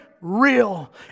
real